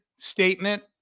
statement